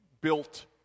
built